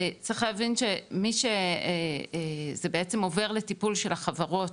צריך להבין שזה בעצם עובר לטיפול של החברות,